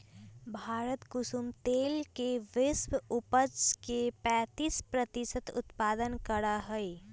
भारत कुसुम तेल के विश्व उपज के पैंतीस प्रतिशत उत्पादन करा हई